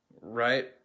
Right